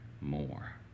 more